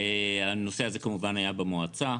הנושא הזה כמובן היה במועצה.